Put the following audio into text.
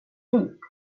hit